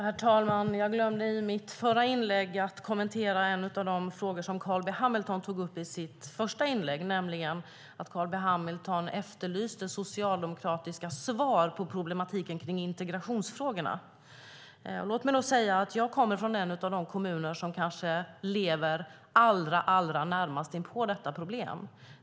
Herr talman! Jag glömde i mitt förra inlägg att kommentera en av de frågor som Carl B Hamilton tog upp i sitt första inlägg, nämligen att han efterlyste socialdemokratiska svar på problematiken med integrationsfrågorna. Låt mig säga att jag kommer från en av de kommuner som kanske lever allra närmast inpå detta.